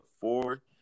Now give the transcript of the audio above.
four